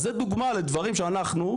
אז זה דוגמה לדברים שאנחנו,